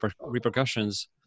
repercussions